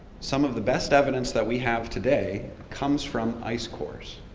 some of the best evidence that we have today comes from ice cores.